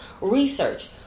research